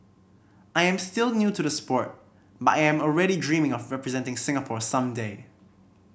I am still new to the sport but I am already dreaming of representing Singapore some day